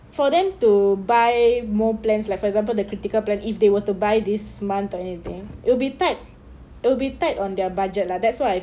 for them to buy more plans like for example the critical plan if they were to buy this month or anything it'll be tight it'll be tight on their budget lah that's why